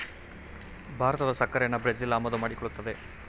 ಭಾರತದ ಸಕ್ಕರೆನಾ ಬ್ರೆಜಿಲ್ ಆಮದು ಮಾಡಿಕೊಳ್ಳುತ್ತದೆ